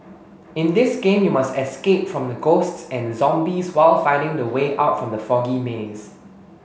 in this game you must escape from the ghosts and the zombies while finding the way out from the foggy maze